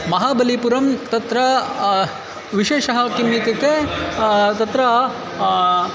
महाबलिपुरं तत्र विशेषः किम् इत्युक्ते तत्र